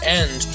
end